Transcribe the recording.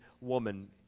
woman